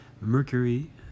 mercury